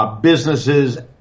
businesses